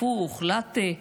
הפוך, לאטה.